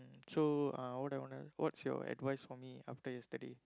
so uh what I wanna what's your advice for me after yesterday